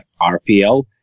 RPL